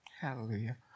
Hallelujah